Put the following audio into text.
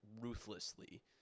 ruthlessly